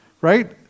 Right